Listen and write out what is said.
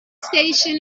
station